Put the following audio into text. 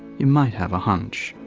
you might have a hunch.